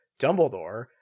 Dumbledore